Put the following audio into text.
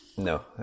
No